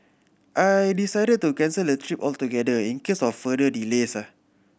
I decided to cancel the trip altogether in case of further delays